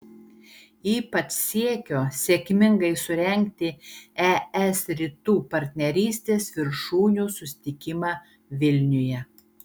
ypač siekio sėkmingai surengti es rytų partnerystės viršūnių susitikimą vilniuje